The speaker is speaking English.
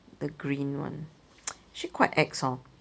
the green one actually quite ex hor